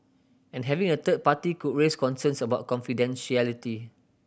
and having a third party could raise concerns about confidentiality